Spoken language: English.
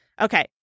Okay